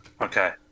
okay